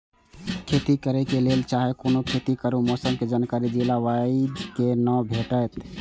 खेती करे के लेल चाहै कोनो खेती करू मौसम के जानकारी जिला वाईज के ना भेटेत?